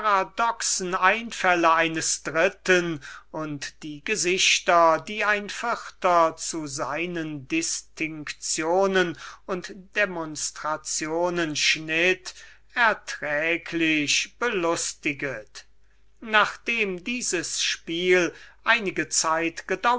einfälle eines dritten und die seltsamen gesichter die ein vierter zu seinen distinktionen und demonstrationen machte erträglich belustiget nachdem dieses spiel einige zeit